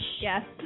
Yes